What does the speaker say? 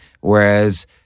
Whereas